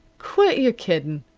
quit your kiddin',